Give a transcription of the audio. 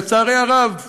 לצערי הרב,